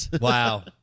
Wow